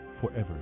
forever